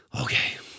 Okay